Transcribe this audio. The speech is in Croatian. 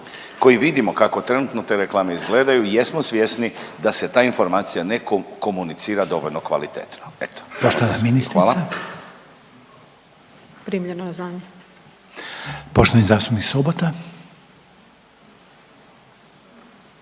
koji vidimo kako trenutno te reklame izgledaju jesmo svjesni da se ta informacija ne komunicira dovoljno kvalitetno.